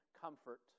comfort